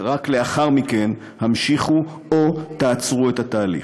ורק לאחר מכן המשיכו או תעצרו את התהליך.